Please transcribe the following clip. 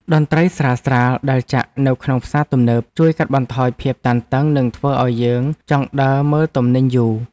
តន្ត្រីស្រាលៗដែលចាក់នៅក្នុងផ្សារទំនើបជួយកាត់បន្ថយភាពតានតឹងនិងធ្វើឱ្យយើងចង់ដើរមើលទំនិញយូរៗ។